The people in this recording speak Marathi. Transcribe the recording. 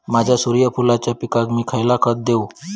माझ्या सूर्यफुलाच्या पिकाक मी खयला खत देवू?